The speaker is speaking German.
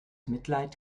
mitleid